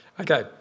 Okay